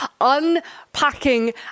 Unpacking